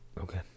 okay